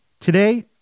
Today